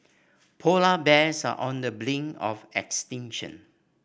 polar bears are on the brink of extinction